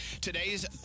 Today's